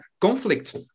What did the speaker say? conflict